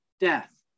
death